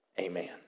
Amen